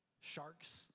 Sharks